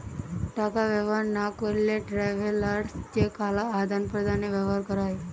টাকা ব্যবহার না করলে ট্রাভেলার্স চেক আদান প্রদানে ব্যবহার করা হয়